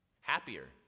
Happier